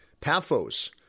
Paphos